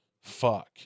fuck